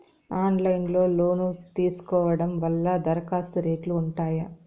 Online లో loan తీసుకోవడం వల్ల దరఖాస్తు రేట్లు ఉంటాయా?